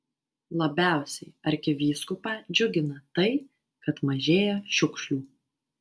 labiausiai arkivyskupą džiugina tai kad mažėja šiukšlių